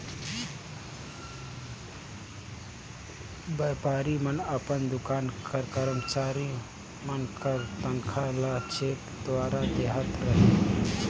बयपारी मन अपन दोकान कर करमचारी मन कर तनखा ल चेक दुवारा देहत रहिन